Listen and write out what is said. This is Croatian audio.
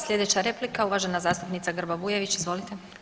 Slijedeća replika uvažena zastupnica Grba Bujević, izvolite.